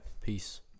Peace